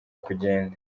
kugenda